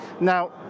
Now